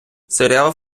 серіал